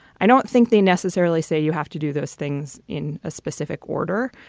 i don't think they necessarily say you have to do those things in a specific order,